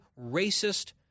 racist